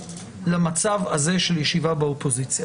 להתרגל למצב הזה של ישיבה באופוזיציה,